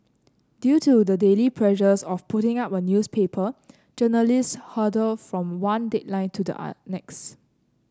due to the daily pressures of putting out a newspaper journalists hurtle from one deadline to the next